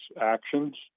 actions